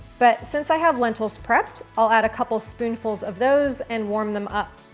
but since i have lentils prepped, i'll add a couple spoonfuls of those and warm them up.